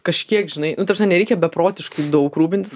kažkiek žinai nu ta prasme nereikia beprotiškai daug rūpintis